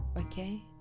okay